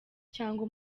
cyangwa